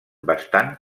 bastant